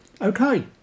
Okay